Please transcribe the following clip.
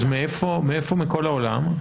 אז מאיפה מכל העולם?